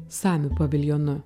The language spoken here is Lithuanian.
samių paviljonu